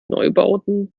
neubauten